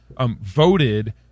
voted